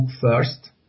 first